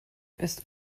ist